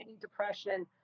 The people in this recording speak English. depression